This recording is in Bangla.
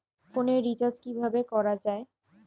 ফোনের রিচার্জ কিভাবে করা যায়?